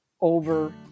over